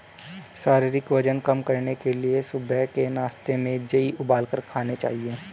शारीरिक वजन कम करने के लिए सुबह के नाश्ते में जेई उबालकर खाने चाहिए